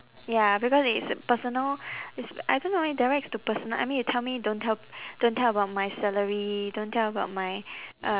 ya because it is a personal it's I don't know it directs to personal I mean you tell me don't tell don't tell about my salary don't tell about my uh